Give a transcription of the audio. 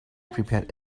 prepared